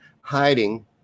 hiding